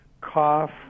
cough